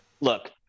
look